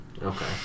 Okay